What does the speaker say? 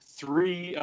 three